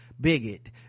bigot